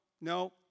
No